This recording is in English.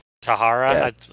Tahara